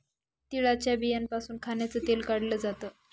तिळाच्या बियांपासून खाण्याचं तेल काढल जात